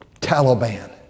Taliban